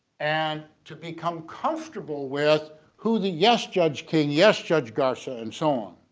and to become comfortable with who the yes judge king, yes judge garcia and so on.